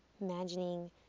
Imagining